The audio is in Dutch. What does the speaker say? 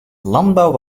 landbouw